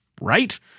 right